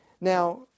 Now